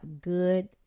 good